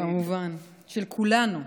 כמובן של כולנו.